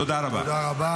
תודה רבה.